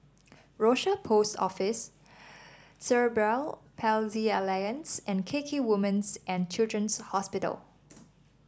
Rochor Post Office Cerebral Palsy Alliance and K K Women's and Children's Hospital